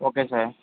okay sir